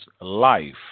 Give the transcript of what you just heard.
life